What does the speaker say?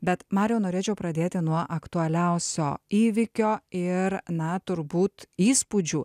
bet mariau norėčiau pradėti nuo aktualiausio įvykio ir na turbūt įspūdžių